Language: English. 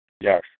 Yes